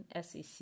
SEC